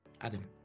Adam